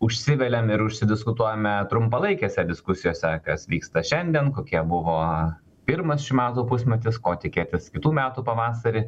užsiveliam ir užsidiskutuojame trumpalaikėse diskusijose kas vyksta šiandien kokia buvo pirmas šių metų pusmetis ko tikėtis kitų metų pavasarį